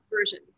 version